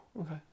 okay